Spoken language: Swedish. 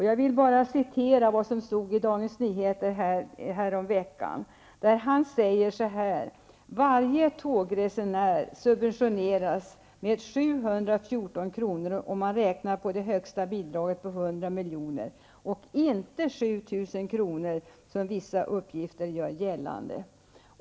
Jag vill bara referera vad som stod i Dagens Nyheter häromveckan, där han säger: Varje tågresenär subventioneras med 714 kronor, om man räknar på det högsta bidraget på 100 miljoner, och inte 7 000 kr. som vissa uppgifter gör gällande.